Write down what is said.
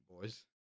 boys